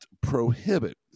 prohibit